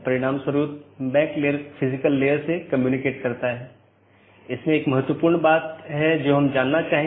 तो इसका मतलब यह है कि OSPF या RIP प्रोटोकॉल जो भी हैं जो उन सूचनाओं के साथ हैं उनका उपयोग इस BGP द्वारा किया जा रहा है